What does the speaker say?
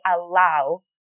allow